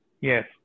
Yes